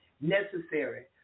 necessary